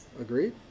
agreed